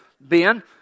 Ben